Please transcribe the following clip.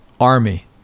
army